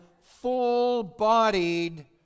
full-bodied